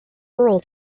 rural